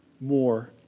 More